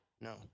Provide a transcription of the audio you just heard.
no